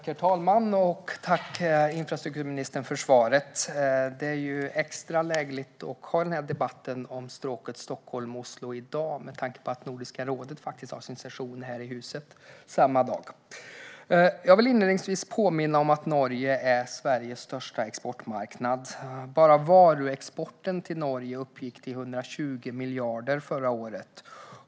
Herr talman! Tack, infrastrukturministern, för svaret! Det är extra lägligt att ha denna debatt om stråket Stockholm-Oslo i dag, med tanke på att Nordiska rådet har sin session här i huset samma dag. Jag vill inledningsvis påminna om att Norge är Sveriges största exportmarknad. Bara varuexporten till Norge uppgick till 120 miljarder förra året.